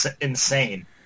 insane